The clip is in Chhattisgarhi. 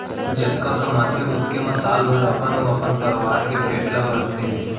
जतका कमाथे ओतके म साल भर अपन अउ अपन परवार के पेट ल भरथे